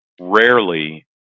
rarely